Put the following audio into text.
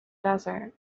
desert